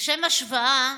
לשם השוואה,